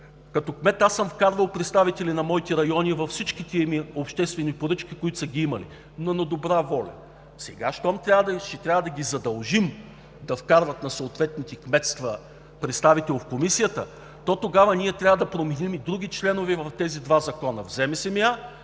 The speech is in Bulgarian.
Като кмет съм вкарвал представители на моите райони във всички обществени поръчки, които е имало, но на добра воля. Сега щом трябва да ги задължим да вкарват представител на съответните кметства в комисията, то тогава трябва да променим и други членове в тези два закона – Закона